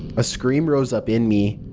a scream rose up in me,